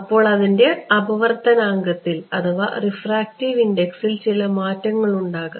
അപ്പോൾ അതിൻറെ അപവർത്തനാങ്കത്തിൽ ചില മാറ്റങ്ങളുണ്ടാകും